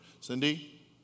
Cindy